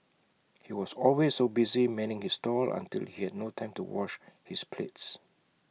he was always so busy manning his stall until he had no time to wash his plates